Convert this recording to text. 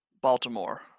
Baltimore